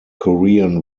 korean